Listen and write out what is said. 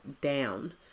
down